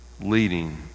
leading